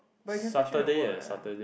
but you can fetch me at work what